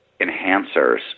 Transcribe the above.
enhancers